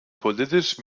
politisch